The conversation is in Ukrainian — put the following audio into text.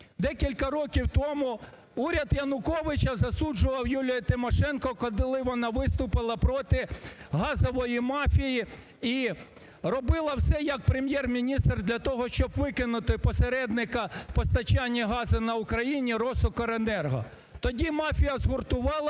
декілька років тому уряд Януковича засуджував Юлію Тимошенко, коли вона виступила проти газової мафії і робила все, як Прем'єр-міністр, для того, щоб викинути посередника постачання газу на Україні "РосУкрЕнерго". Тоді мафія згуртувалася